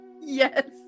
Yes